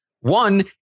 One